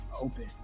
Open